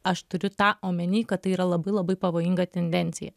aš turiu tą omeny kad tai yra labai labai pavojinga tendencija